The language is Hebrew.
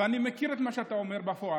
ואני מכיר את מה שאתה אומר בפועל,